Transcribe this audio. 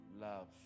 love